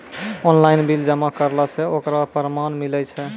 Online bill जमा करला से ओकरौ परमान मिलै छै?